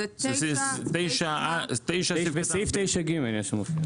סעיף 9(ג).